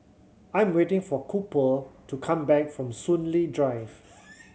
I'm waiting for Cooper to come back from Soon Lee Drive